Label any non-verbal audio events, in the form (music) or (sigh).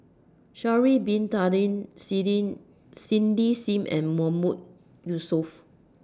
Sha'Ari Bin Tadin (unintelligible) Cindy SIM and Mahmood Yusof